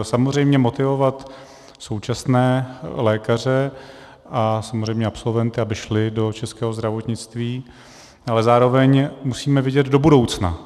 Samozřejmě motivovat současné lékaře a samozřejmě absolventy, aby šli do českého zdravotnictví, ale zároveň musíme vidět do budoucna.